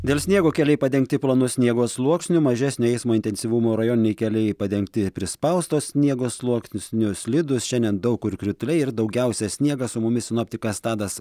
dėl sniego keliai padengti plonu sniego sluoksniu mažesnio eismo intensyvumo rajoniniai keliai padengti prispausto sniego sluoksniu slidūs šiandien daug kur krituliai ir daugiausiai sniegas su mumis sinoptikas tadas